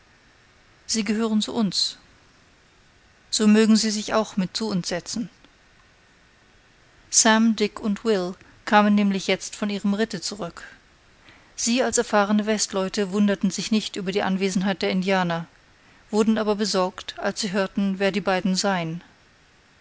sie gehören zu uns so mögen sie sich auch mit zu uns setzen sam dick und will kamen nämlich jetzt von ihrem ritte zurück sie als erfahrene westleute wunderten sich nicht über die anwesenheit der indianer wurden aber besorgt als sie hörten wer die beiden seien